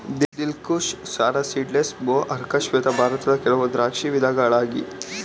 ದಿಲ್ Khush, Sharad seedless, ಭೋ, ಅರ್ಕ ಶ್ವೇತ ಭಾರತದ ಕೆಲವು ದ್ರಾಕ್ಷಿ ವಿಧಗಳಾಗಿ